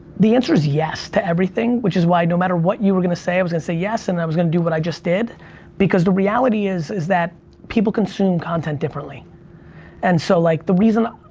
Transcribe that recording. the answer is yes to everything which is why no matter what you were gonna say i was gonna and say yes and i was gonna do what i just did because the reality is is that people consume content differently and so, like the reason,